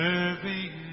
Serving